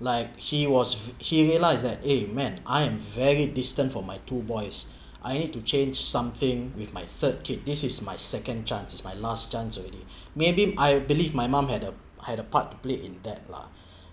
like he was he realised that eh man I am very distant from my two boys I need to change something with my third kid this is my second chances my last chance already maybe I believe my mom had a had a part to play in that lah